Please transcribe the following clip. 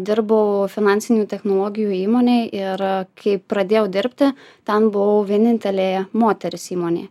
dirbau finansinių technologijų įmonėj ir kai pradėjau dirbti ten buvau vienintelė moteris įmonėje